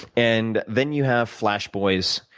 and then you have flash boys,